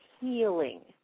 healing